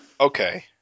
Okay